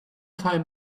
time